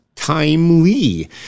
timely